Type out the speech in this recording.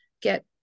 get